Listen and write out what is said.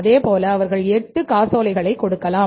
இதே போல அவர்கள் 8 காசோலைகளை கொடுக்கலாம்